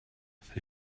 sie